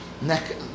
neck